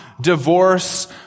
Divorce